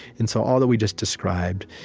and so all that we just described,